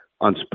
on